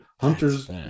Hunter's